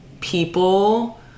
people